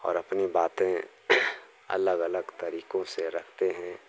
और अपनी बातें अलग अलग तरीकों से रखते हैं